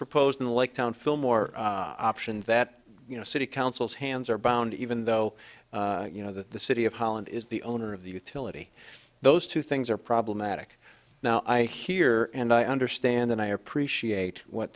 proposed in the lake town fillmore option that you know city councils hands are bound even though you know that the city of holland is the owner of the utility those two things are problematic now i hear and i understand and i appreciate what